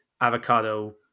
avocado